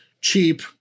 cheap